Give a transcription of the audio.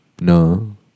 No